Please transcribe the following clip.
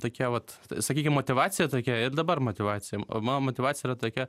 tokia vat sakykim motyvacija tokia ir dabar motyvacija o man motyvacija yra tokia